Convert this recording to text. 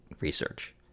research